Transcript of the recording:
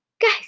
Guys